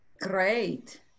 Great